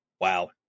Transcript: Wow